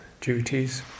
duties